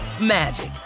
magic